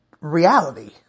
reality